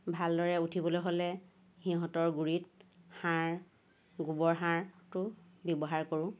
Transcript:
ভাল দৰে উঠিবলৈ হ'লে সিহঁতৰ গুড়িত সাৰ গোবৰ সাৰটো ব্যৱহাৰ কৰোঁ